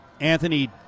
Anthony